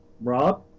Rob